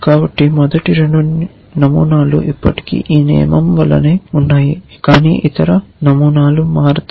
కాబట్టి మొదటి 2 నమూనాలు ఇప్పటికీ ఈ నియమం వలెనే ఉన్నాయి కాని ఇతర నమూనాలు మారుతాయి